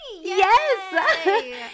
Yes